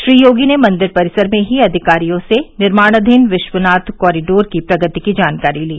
श्री योगी ने मंदिर परिसर में ही अधिकारियों से निर्माणाधीन विश्वनाथ कॉरिडोर की प्रगति की जानकारी ली